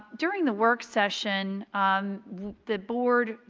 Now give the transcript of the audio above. um during the work session the board,